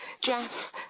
Jeff